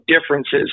differences